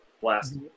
Blast